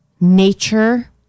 nature